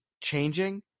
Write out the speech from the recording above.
changing